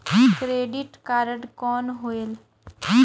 Credit card कौन होएल?